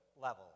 level